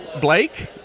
blake